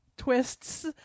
twists